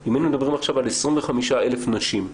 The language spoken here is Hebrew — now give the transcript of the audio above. אם היינו מדברים על 25,000 נשים.